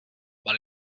but